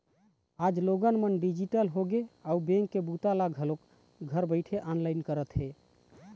आज लोगन मन डिजिटल होगे हे अउ बेंक के बूता ल घलोक घर बइठे ऑनलाईन करत हे